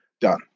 done